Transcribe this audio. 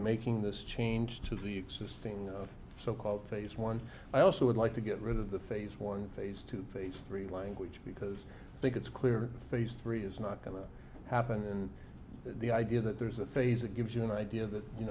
making this change to the existing so called phase one i also would like to get rid of the phase one phase two phase three language because i think it's clear phase three is not going to happen and the idea that there's a phase that gives you an idea that you